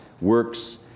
works